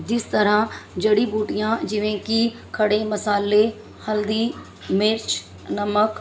ਜਿਸ ਤਰ੍ਹਾਂ ਜੜੀ ਬੂਟੀਆਂ ਜਿਵੇਂ ਕਿ ਖੜ੍ਹੇ ਮਸਾਲੇ ਹਲਦੀ ਮਿਰਚ ਨਮਕ